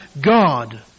God